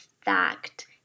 fact